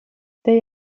they